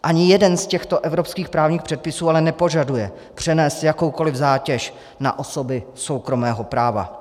Ani jeden z těchto evropských právních předpisů ale nepožaduje přenést jakoukoli zátěž na osoby soukromého práva.